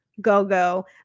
Go-Go